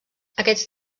aquests